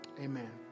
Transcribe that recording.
Amen